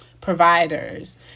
providers